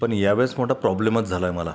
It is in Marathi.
पण या वेळेस मोठा प्रॉब्लेमच झाला आहे मला